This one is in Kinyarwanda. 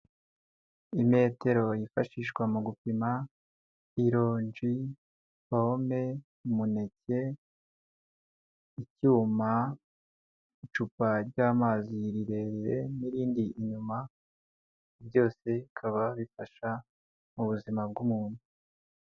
Imetero yifashishwa mu gupima ironji, pome, umuneke, icyuma, icupa ry'amazi rirerire n'irindi inyuma, byose bikaba bifasha mu buzima bw'umuntu.